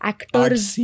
Actors